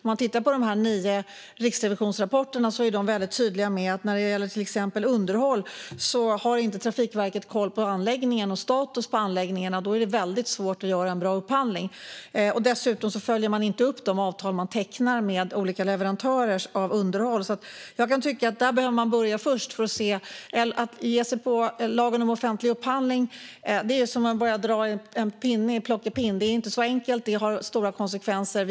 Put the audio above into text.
I de nio rapporterna från Riksrevisionen är man väldigt tydlig med att om inte Trafikverket har koll på anläggningarna och deras status är det väldigt svårt att göra en bra upphandling av underhåll. Dessutom följer man inte upp de avtal man tecknar med olika leverantörer av underhåll. Jag kan tycka att man behöver börja där. Att ge sig på lagen om offentlig upphandling är som att börja dra i en pinne i plockepinn - det är inte så enkelt utan har stora konsekvenser.